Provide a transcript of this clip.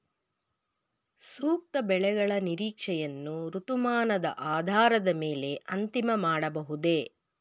ಸೂಕ್ತ ಬೆಳೆಗಳ ನಿರೀಕ್ಷೆಯನ್ನು ಋತುಮಾನದ ಆಧಾರದ ಮೇಲೆ ಅಂತಿಮ ಮಾಡಬಹುದೇ?